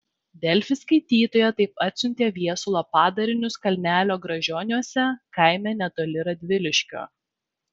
delfi skaitytoja taip atsiuntė viesulo padarinius kalnelio gražioniuose kaime netoli radviliškio